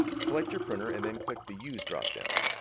select your printer and then click the use dropdown